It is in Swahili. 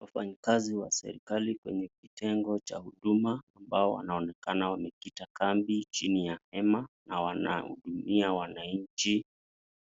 Wafanyikazi wa serikali kwenye kitengo cha huduma, ambao wanaonekana wamekita kambi chini ya hema, na wanahudumia wananchi